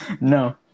No